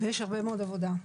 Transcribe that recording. יש הרבה מאוד עבודה.